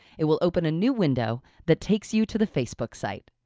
it will open a new window that takes you to the facebook site.